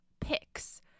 picks